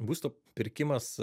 būsto pirkimas